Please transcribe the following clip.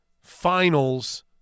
finals